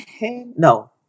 no